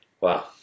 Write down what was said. Wow